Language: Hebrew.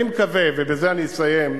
אני מקווה, ובזה אני מסיים,